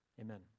Amen